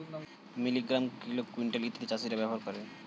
milligram, kilo, quintal ইত্যাদি চাষীরা ব্যবহার করে